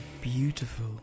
beautiful